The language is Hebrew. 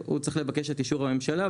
הוא יצטרך לבקש את אישור הממשלה,